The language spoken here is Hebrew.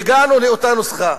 הגענו לאותה נוסחה.